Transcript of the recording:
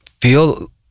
feel